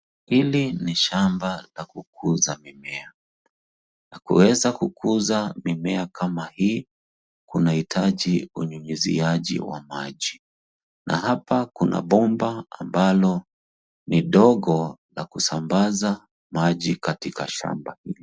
Hili ni shamba la kukuza mimea na kuweza kukuza mimea kama hii inahitaji unyunyuziaji wa maji na hapa kuna bomba ambalo ni dogo la kusambaza maji katika shamba hili.